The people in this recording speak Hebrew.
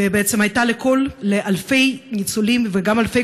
ובעצם הייתה לקול לאלפי ניצולים וגם אלפי